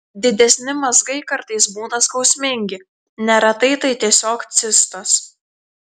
didesni mazgai kartais būna skausmingi neretai tai tiesiog cistos